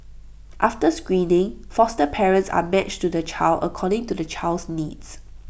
after screening foster parents are matched to the child according to the child's needs